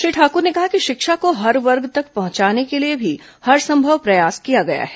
श्री ठाकुर ने कहा कि शिक्षा को हर वर्ग तक पहुंचाने के लिए भी हरसंभव प्रयास किया गया है